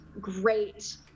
great